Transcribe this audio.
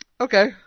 okay